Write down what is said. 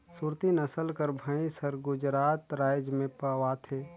सुरती नसल कर भंइस हर गुजरात राएज में पवाथे